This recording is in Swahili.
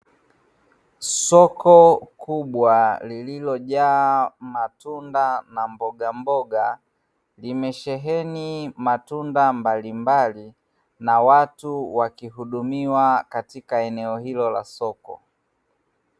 Soko kubwa lililojaa matunda na mbogamboga, limesheheni matunda mbalimbali na watu wakihudumiwa katika eneo hilo la soko.